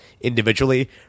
individually